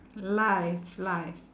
life life